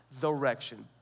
direction